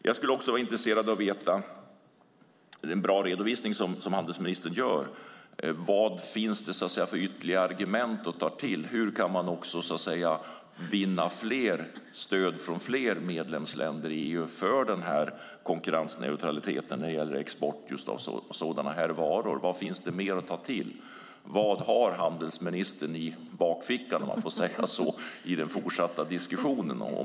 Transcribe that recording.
Det är en bra redovisning som handelsministern gör, men jag skulle vara intresserad av att veta vad det finns för ytterligare argument att ta till. Hur kan man vinna mer stöd från fler medlemsländer i EU för konkurrensneutraliteten när det gäller export av sådana här varor? Vad finns det mer att ta till? Vad har handelsministern i bakfickan, om man får säga så, i den fortsatta diskussionen?